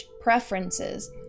preferences